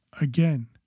again